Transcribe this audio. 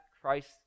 Christ